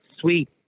sweet